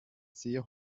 sehr